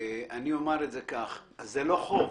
זה לא חוב.